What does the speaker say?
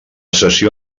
sessió